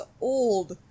old